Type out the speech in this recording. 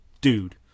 dude